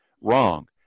wrong